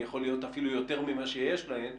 יכול להיות אפילו יותר ממה שיש להן,